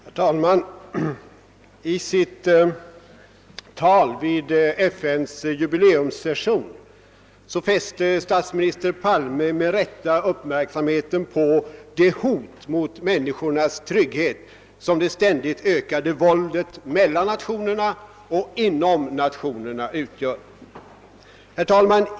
Herr talman! I sitt tal vid FN:s jubileumssession fäste statsminister Palme med rätta uppmärksamheten på det hot mot människornas trygghet som det ständigt ökade våldet mellan nationerna och inom nationerna utgör.